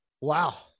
Wow